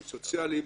מקרים סוציאליים,